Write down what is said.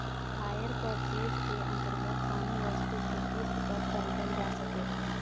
hire purchase के अंतर्गत कौनो वस्तु के किस्त पर खरीदल जा सकेला